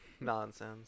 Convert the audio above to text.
nonsense